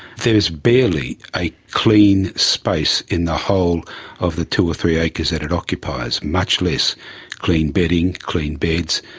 there is barely a clean space in the whole of the two or three acres that it occupies, much less clean bedding, clean beds,